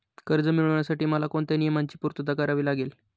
कर्ज मिळविण्यासाठी मला कोणत्या नियमांची पूर्तता करावी लागेल?